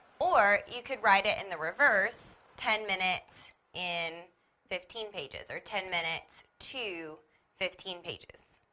or, you can write it in the reverse ten minutes in fifteen pages, or ten minutes to fifteen pages.